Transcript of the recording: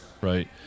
right